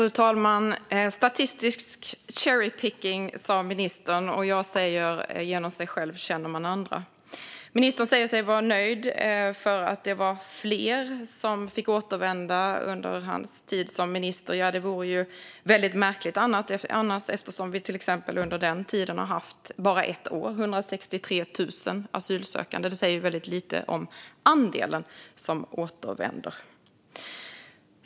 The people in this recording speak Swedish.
Fru talman! Statistisk cherry-picking, sa ministern. Genom sig själv känner man andra, säger jag. Ministern säger sig vara nöjd eftersom fler fick återvända under hans tid som minister. Det vore väldigt märkligt annars. Under den tiden, under bara ett år, har vi till exempel haft 163 000 asylsökande. Det säger väldigt lite om andelen som återvänder.